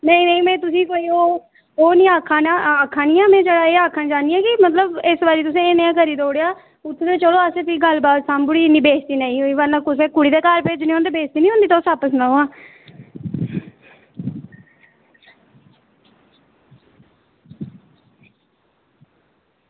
नेईं नेईं एह् में आक्खा नी आं एह् में आक्खना चाह्न्नी आं कि मतलब इस बारी तुसें एह् नेह् करी देई ओड़े ते असें गल्ल बात सांभनी ते बेइज्जती कुसै कुड़ी दे घर भेजने ते तुसें ई पता निं बेइज्जती होनी